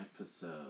episode